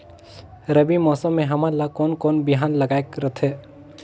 रबी मौसम मे हमन ला कोन कोन बिहान लगायेक रथे?